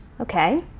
Okay